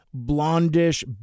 blondish